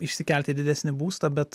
išsikelt į didesnį būstą bet